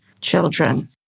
children